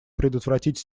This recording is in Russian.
предотвратить